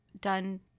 done